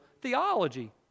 theology